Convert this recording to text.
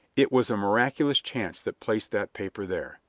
it was a miraculous chance that placed that paper there.